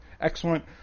excellent